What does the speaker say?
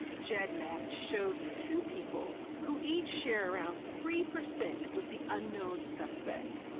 gedmatch shows two people who each share around three percent with the unknown suspect.